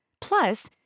Plus